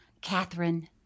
Catherine